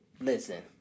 Listen